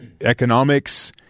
economics